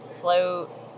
float